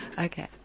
Okay